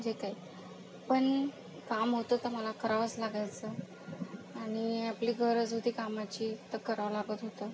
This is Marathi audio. जे काही पण काम होतं तर मला करावंच लागायचं आणि आपली गरज होती कामाची तर करावं लागत होतं